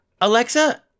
Alexa